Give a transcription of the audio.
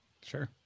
sure